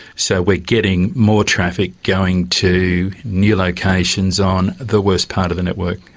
so we're getting more traffic going to new locations on the worst part of the network.